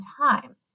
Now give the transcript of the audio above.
time